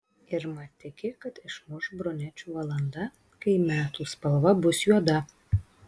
irma tiki kad išmuš brunečių valanda kai metų spalva bus juoda